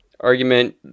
Argument